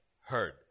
heard